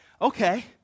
Okay